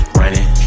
running